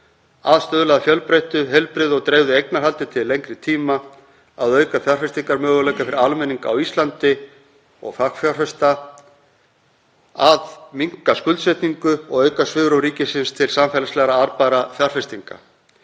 að stuðla að fjölbreyttu, heilbrigðu og dreifðu eignarhaldi til lengri tíma, að auka fjárfestingarmöguleika fyrir almenning á Íslandi og fagfjárfesta, að minnka skuldsetningu og auka svigrúm ríkisins til samfélagslega arðbærra fjárfestinga.